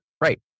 Right